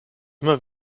immer